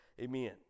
Amen